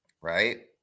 Right